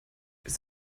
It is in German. ist